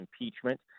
impeachment